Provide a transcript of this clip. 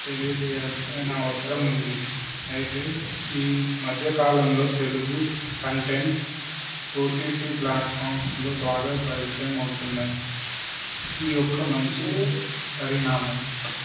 తెలియజేయాల్సిన అవసరం ఉంది అయితే ఈ మధ్యకాలంలో Telugu content O T T ప్లాట్ఫామ్స్లో బాగా పరిచయం అవుతున్నాయి ఈ యొక్క మంచి పరిణామం